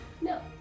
No